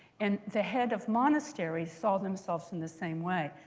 and the head of monasteries saw themselves in the same way.